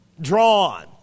drawn